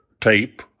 tape